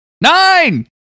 Nine